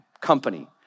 company